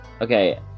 Okay